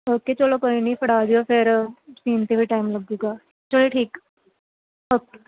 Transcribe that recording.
okay ਚੱਲੋ ਕੋਈ ਨਹੀਂ ਫੜਾ ਜਾਇਓ ਫਿਰ ਸਿਉਣ 'ਤੇ ਵੀ ਟਾਈਮ ਲੱਗੇਗਾ ਚੱਲੋ ਠੀਕ ਓਕੇ